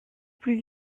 plus